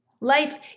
Life